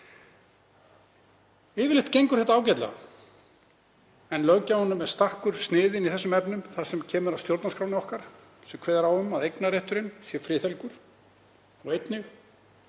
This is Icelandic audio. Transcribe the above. Yfirleitt gengur þetta ágætlega en löggjafanum er stakkur sniðinn í þessum efnum þegar kemur að stjórnarskrá sem kveður á um að eignarrétturinn sé friðhelgur og einnig